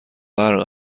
برق